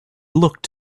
looked